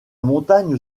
montagne